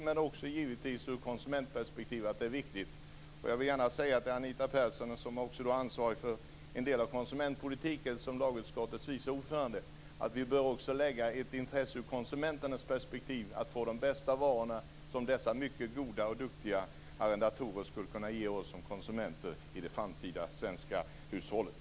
Men givetvis är det också viktigt ur ett konsumentperspektiv, och jag vill gärna säga till Anita Persson, som även är ansvarig för en del av konsumentpolitiken som lagutskottets vice ordförande, att det också finns ett intresse ur konsumenternas perspektiv att få de bästa varorna. Och det skulle dessa mycket goda och duktiga arrendatorer kunna ge oss som konsumenter i det framtida svenska hushållet.